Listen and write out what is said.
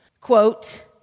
quote